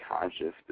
conscious